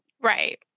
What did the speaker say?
Right